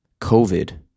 COVID